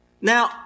Now